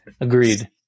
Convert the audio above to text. Agreed